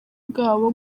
bwabo